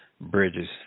bridges